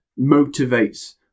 motivates